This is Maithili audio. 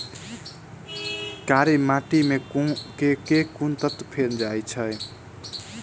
कार्य माटि मे केँ कुन तत्व पैल जाय छै?